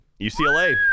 ucla